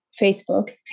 facebook